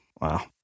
Wow